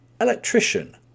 Electrician